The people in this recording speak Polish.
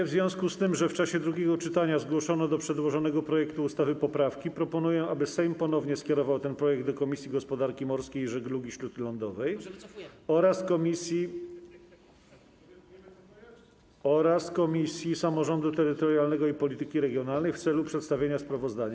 W związku z tym, że w czasie drugiego czytania zgłoszono do przedłożonego projektu ustawy poprawki, proponuję, aby Sejm ponownie skierował ten projekt do Komisji Gospodarki Morskiej i Żeglugi Śródlądowej oraz Komisji Samorządu Terytorialnego i Polityki Regionalnej w celu przedstawienia sprawozdania.